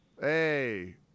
hey